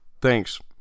Thanks